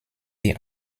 die